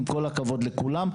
עם כל הכבוד לכולם,